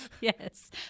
Yes